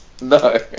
no